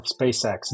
SpaceX